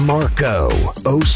Marco